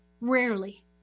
rarely